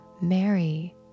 Mary